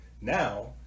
now